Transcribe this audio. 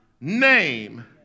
name